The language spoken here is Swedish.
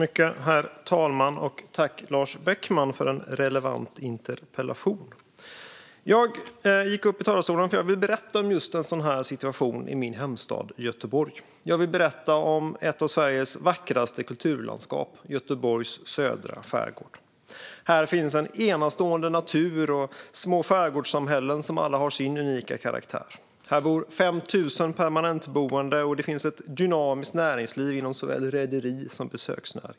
Herr talman! Tack, Lars Beckman, för att du har ställt en relevant interpellation! Jag vill berätta om just en sådan situation i min hemstad Göteborg. Jag vill berätta om ett av Sveriges vackraste kulturlandskap: Göteborgs södra skärgård. Där finns en enastående natur och små skärgårdssamhällen som alla har sin unika karaktär. Där bor 5 000 permanentboende, och det finns ett dynamiskt näringsliv inom såväl rederi som besöksnäring.